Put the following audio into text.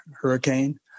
hurricane